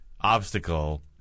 obstacle